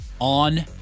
On